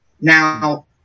Now